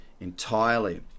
entirely